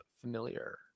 familiar